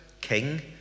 king